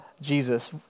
Jesus